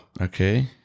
Okay